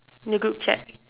in the group chat